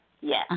Yes